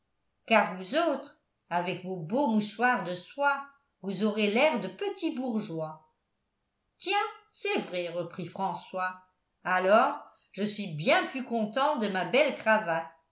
car vous autres avec vos beaux mouchoirs de soie vous aurez l'air de petits bourgeois tiens c'est vrai reprit françois alors je suis bien plus content de ma belle cravate